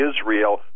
Israel